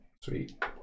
Sweet